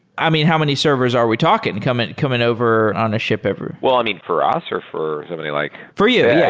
i mean, how many servers are we talking and coming coming over on a ship every well, i mean for us or for somebody like for you. yeah